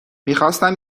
میخواستم